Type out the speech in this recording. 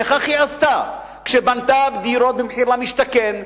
וכך היא עשתה כשבנתה דירות במחיר למשתכן,